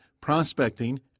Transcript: prospecting